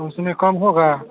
उसमें कम होगा